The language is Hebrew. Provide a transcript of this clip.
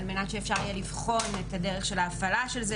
על מנת שאפשר יהיה לבחון את הדרך של ההפעלה של זה,